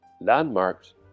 landmarks